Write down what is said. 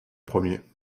premier